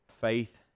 faith